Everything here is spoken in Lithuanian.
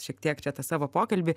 šiek tiek čia tą savo pokalbį